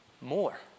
More